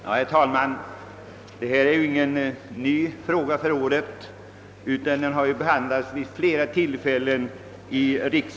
Herr talman! Denna fråga är inte ny för året. Den har behandlats här i riksdagen vid flera tillfällen.